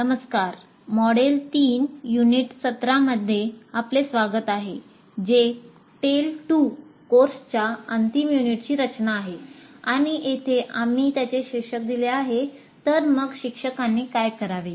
नमस्कार model 3 unit 17 मध्ये आपले स्वागत आहे जे टेल 2 कोर्सच्या अंतिम युनिटची रचना आहे आणि येथे आम्ही त्याचे शीर्षक दिले आहे तर मग शिक्षकांनी काय करावे